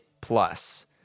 Plus